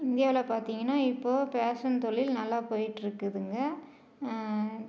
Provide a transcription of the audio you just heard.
இந்தியாவில் பார்த்திங்கன்னா இப்போ பேஷன் தொழில் நல்லா போயிட்டுருக்குதுங்க